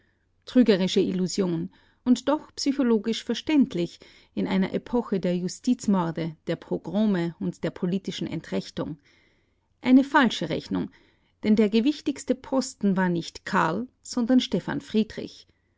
trügerische illusion und doch psychologisch verständlich in einer epoche der justizmorde der pogrome und der politischen entrechtung eine falsche rechnung denn der gewichtigste posten war nicht karl sondern stephan friedrich